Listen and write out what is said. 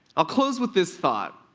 i'll close with this thought.